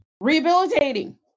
rehabilitating